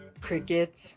crickets